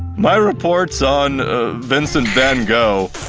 my report's on vincent van gogh.